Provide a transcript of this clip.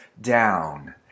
down